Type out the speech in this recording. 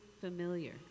familiar